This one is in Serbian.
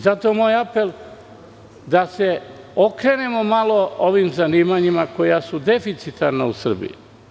Zato je moj apel da se okrenemo malo ovim zanimanjima koja su deficitarna u Srbiji.